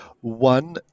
one